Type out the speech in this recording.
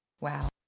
Wow